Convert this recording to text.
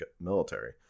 military